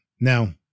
Now